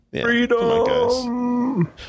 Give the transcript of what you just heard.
Freedom